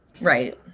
Right